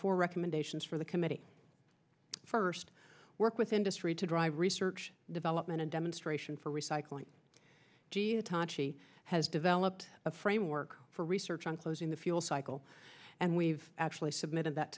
four recommendations for the committee first work with industry to drive research development and demonstration for recycling jia toci has developed a framework for research on closing the fuel cycle and we've actually submitted that